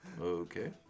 Okay